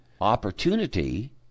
opportunity